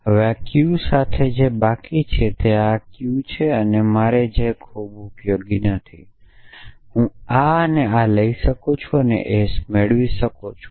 તેથી હવે આ Q સાથે જે બાકી છે તે આ Q છે મારા માટે ખૂબ ઉપયોગી નથી હું આ અને આ લઈ શકું છું અને S મેળવી શકું છું